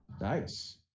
Nice